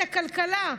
את הכלכלה,